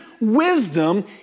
wisdom